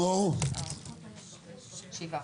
שבעה.